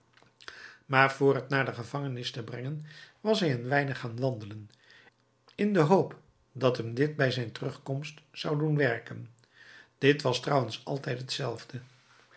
maar voor het naar de gevangenis te brengen was hij een weinig gaan wandelen in de hoop dat hem dit bij zijn terugkomst zou doen werken dit was trouwens altijd hetzelfde